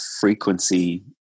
frequency